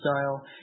style